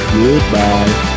Goodbye